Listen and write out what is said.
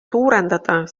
suurendada